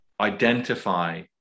identify